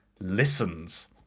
listens